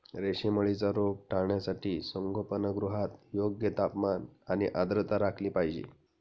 रेशीम अळीचा रोग टाळण्यासाठी संगोपनगृहात योग्य तापमान आणि आर्द्रता राखली पाहिजे